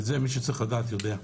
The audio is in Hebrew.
את זה, מי שצריך לדעת יודע.